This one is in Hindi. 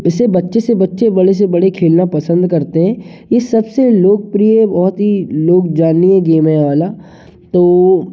इसे बच्चे से बच्चे बड़े से बड़े खेलना पसंद करते हैं इस सबसे लोकप्रिय बहुत ही लोग जाननीय गेम है ये वाला तो